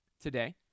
today